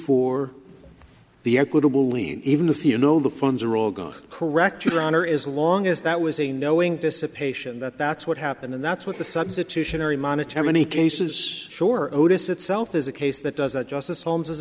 for the equitable lien even if you know the funds are all gone correct your honor as long as that was a knowing dissipation that that's what happened and that's what the substitutionary monetary many cases sure otis itself is a case that does a justice holmes as